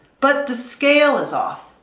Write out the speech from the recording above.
but the scale is off.